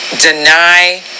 deny